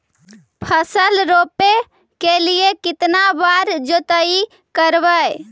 फसल रोप के लिय कितना बार जोतई करबय?